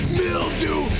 mildew